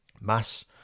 Mass